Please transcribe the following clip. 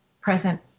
present